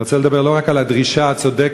אני רוצה לדבר לא רק על הדרישה הצודקת